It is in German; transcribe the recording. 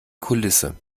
kulisse